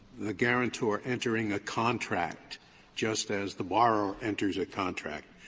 the guarantor entering a contract just as the borrower enters a contract,